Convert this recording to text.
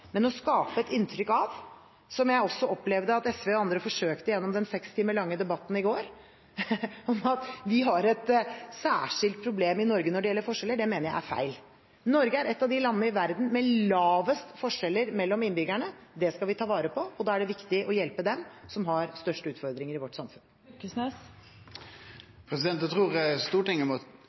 Men å skape et inntrykk av – som jeg også opplevde at SV og andre forsøkte gjennom den seks timer lange debatten i går – at vi har et særskilt problem i Norge når det gjelder forskjeller, mener jeg er feil. Norge er et av de landene i verden med minst forskjeller mellom innbyggerne. Det skal vi ta vare på, og da er det viktig å hjelpe dem som har størst utfordringer i vårt samfunn. Eg trur Stortinget må